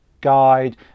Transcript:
guide